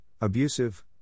abusive